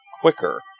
quicker